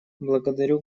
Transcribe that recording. благодарю